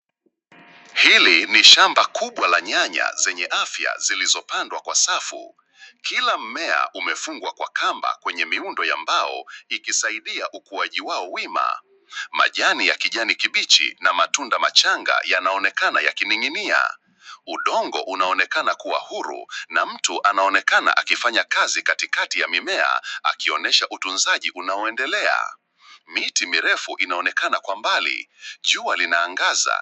Hili ni shamba kubwa la nyanya zenye afya zilizopandwa kwa safu. Kila mmea umefungwa kwa kamba kwenye miundo ya mbao ikisaidia ukuaji wao wima. Majani ya kijani kibichi na matunda machanga yanaonekana yakining'inia. Udongo unaonekana kuwa huru na mtu anaonekana akifanya kazi katikati ya mimea akionyesha utunzaji unaoendelea. Miti mirefu inaonekana kwa mbali. Jua linaangaza.